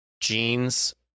jeans